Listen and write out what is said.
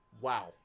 wow